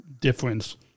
difference